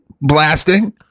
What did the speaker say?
blasting